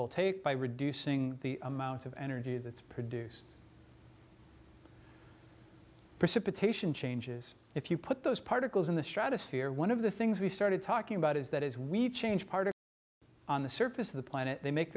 c by reducing the amount of energy that's produced precipitation changes if you put those particles in the stratosphere one of the things we started talking about is that as we change party on the surface of the planet they make